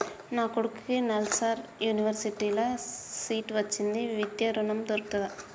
నా కొడుకుకి నల్సార్ యూనివర్సిటీ ల సీట్ వచ్చింది విద్య ఋణం దొర్కుతదా?